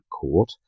court